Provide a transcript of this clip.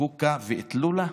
חוקא ואטלולא?